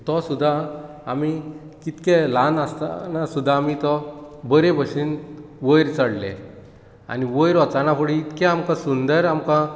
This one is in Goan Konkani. सो तो सुद्दां आमी कितके ल्हान आसतना सुद्दां आमी तो बरे भशेन वयर चडले आनी वयर वचना फुडें इतकें आमकां सुंदर आमकां